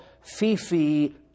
Fifi